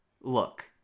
look